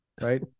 right